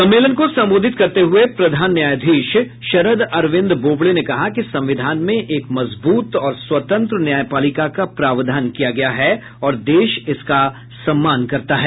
सम्मेलन को संबोधित करते हुये प्रधान न्यायाधीश शरद अरविन्द बोबडे ने कहा कि संविधान में एक मजबूत और स्वतंत्र न्यायपालिका का प्रावधान किया गया है और देश इसका सम्मान करता है